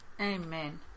Amen